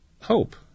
Hope